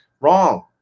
Wrong